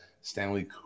Stanley